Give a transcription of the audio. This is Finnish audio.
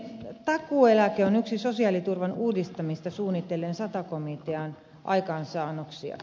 takuueläke on yksi sosiaaliturvan uudistamista suunnitelleen sata komitean aikaansaannoksia